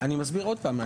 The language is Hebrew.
אני מסביר עוד פעם,